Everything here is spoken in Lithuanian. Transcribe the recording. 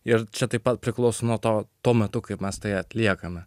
ir čia taip pat priklauso nuo to tuo metu kaip mes tai atliekama